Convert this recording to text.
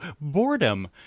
Boredom